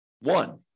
one